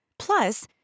Plus